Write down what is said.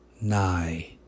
nigh